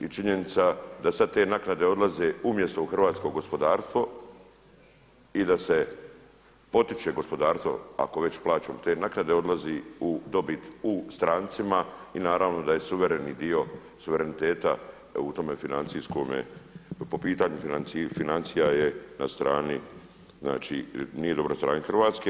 I činjenica da sad te naknade odlaze umjesto u hrvatsko gospodarstvo i da se potiče gospodarstvo ako već plaćamo te naknade odlazi dobit strancima i naravno da je suvereni dio suvereniteta da u tome financijskome, po pitanju financija je na strani znači, nije dobro na strani Hrvatske.